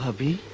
ah be